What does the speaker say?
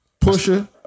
Pusher